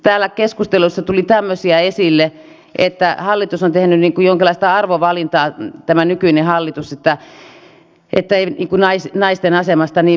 täällä keskustelussa tuli tämmöisiä esille että tämä nykyinen hallitus on tehnyt niin kuin jonkinlaista arvovalintaa että ei naisten asemasta niin välitetä